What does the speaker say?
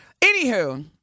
Anywho